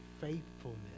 faithfulness